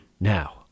Now